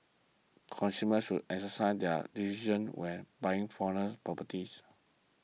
consumers should exercise due when buying foreign properties